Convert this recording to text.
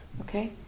Okay